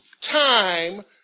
time